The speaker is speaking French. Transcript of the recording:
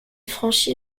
franchit